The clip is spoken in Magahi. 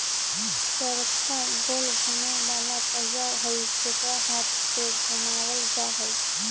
चरखा गोल घुमें वाला पहिया हई जेकरा हाथ से घुमावल जा हई